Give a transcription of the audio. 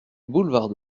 boulevard